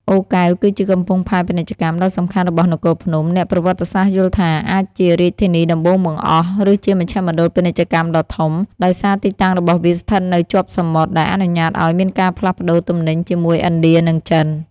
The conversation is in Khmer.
អូរកែវ គឺជាកំពង់ផែពាណិជ្ជកម្ម ដ៏សំខាន់របស់នគរភ្នំ អ្នកប្រវត្តិសាស្ត្រយល់ថា អាចជារាជធានីដំបូងបង្អស់ ឬជាមជ្ឈមណ្ឌលពាណិជ្ជកម្មដ៏ធំ ដោយសារទីតាំងរបស់វាស្ថិតនៅជាប់សមុទ្រ ដែលអនុញ្ញាតឱ្យមានការផ្លាស់ប្តូរទំនិញជាមួយឥណ្ឌា និងចិន។